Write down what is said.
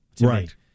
right